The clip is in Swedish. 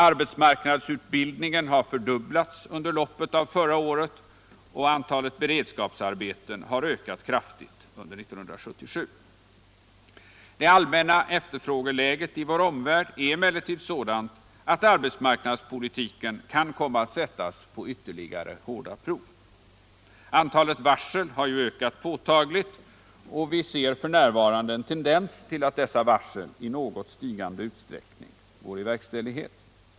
Arbetsmarknadsutbildningen har fördubblats under loppet av förra året, och även antalet beredskapsarbeten har ökat kraftigt under 1977. Det allmänna efterfrågeläget i vår omvärld är emellertid sådant att arbetsmarknadspolitiken kan komma att sättas på ytterligare hårda prov. Antalet varsel har ju ökat påtagligt och vi ser f.n. en tendens till att dessa varsel i något stigande utsträckning går i verkställighet.